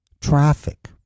Traffic